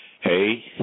hey